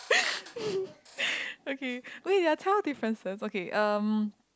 okay wait there are twelve differences okay um